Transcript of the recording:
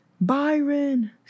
Byron